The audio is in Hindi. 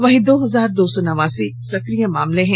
वहीं दो हजार दो सौ नवासी सक्रिय केस हैं